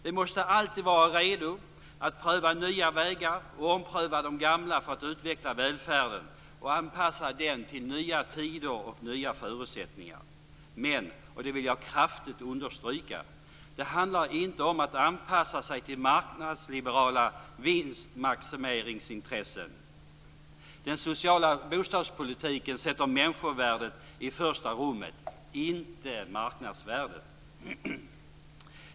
Vi måste alltid vara redo att pröva nya vägar och ompröva de gamla för att utveckla välfärden och anpassa den till nya tider och nya förutsättningar. Men, och det vill jag kraftigt understryka, det handlar inte om att anpassa sig till marknadsliberala vinstmaximeringsintressen. Den sociala bostadspolitiken sätter människovärdet i första rummet - inte marknadsvärdet.